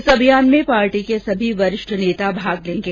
इस अभियान में पार्टी के सभी वरिष्ठ नेता भाग लेंगे